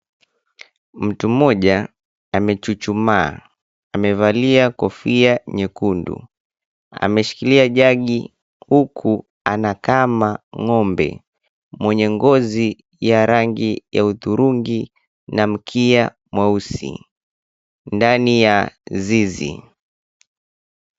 Mtu mmoja amechuchumaa. Amevalia kofia nyekundu. Ameshikilia jagi huku anakama ng'ombe mwenye ngozi ya rangi ya hudhurungi na mkia wa rangi nyeusi ndani ya zizi.